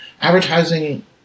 advertising